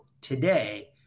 today